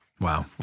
Wow